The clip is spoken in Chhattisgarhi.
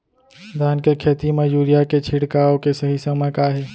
धान के खेती मा यूरिया के छिड़काओ के सही समय का हे?